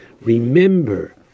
remember